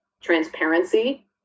transparency